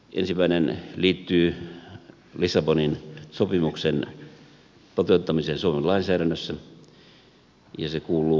ensimmäinen liittyy lissabonin sopimuksen toteuttamiseen suomen lainsäädännössä ja se kuuluu